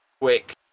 quick